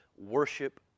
worship